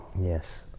yes